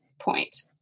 point